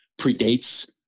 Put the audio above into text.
predates